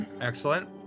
excellent